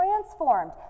transformed